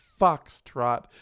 foxtrot